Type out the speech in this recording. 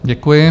Děkuji.